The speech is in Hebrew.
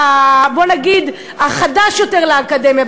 בוא נגיד החדש יותר לאקדמיה,